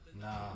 nah